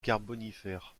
carbonifère